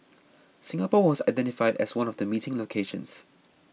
Singapore was identified as one of the meeting locations